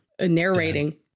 narrating